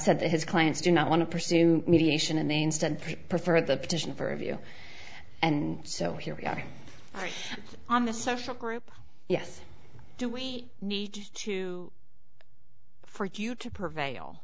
said that his clients do not want to pursue mediation and main stand preferred the petition for review and so here we are on the social group yes do we need to for q to prevail